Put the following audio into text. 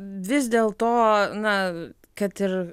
vis dėl to na kad ir